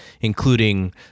including